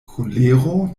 kulero